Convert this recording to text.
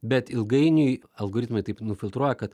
bet ilgainiui algoritmai taip nufiltruoja kad